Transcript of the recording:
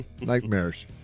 Nightmares